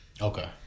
Okay